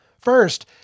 First